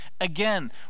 again